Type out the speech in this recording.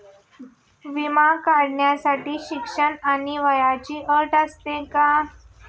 विमा काढण्यासाठी शिक्षण आणि वयाची अट असते का?